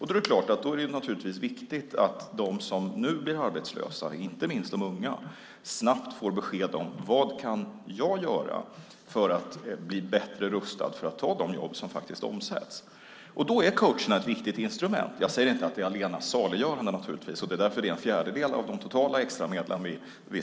Därför är det viktigt att de som nu blir arbetslösa, inte minst de unga, snabbt får besked om vad de kan göra för att bli bättre rustade för att kunna ta de jobb som faktiskt omsätts. Då är coacherna ett viktigt instrument. Jag säger inte att coacherna är det allena saliggörande, och därför satsar vi en fjärdedel av de totala extramedlen på dessa.